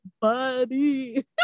buddy